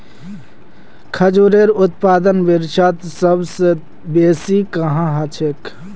खजूरेर उत्पादन विश्वत सबस बेसी कुहाँ ह छेक